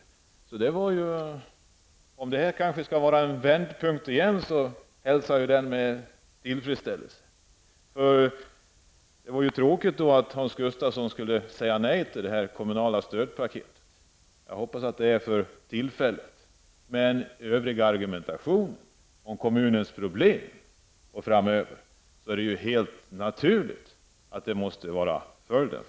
Jag hälsar i så fall denna vändpunkt med tillfredsställelse. Det vore tråkigt om Hans Gustafsson sade nej till det kommunala stödpaketet. Jag hoppas att det är för tillfället. Men med övrig argumentation om kommunernas problem framöver är det helt naturligt att detta blir följden.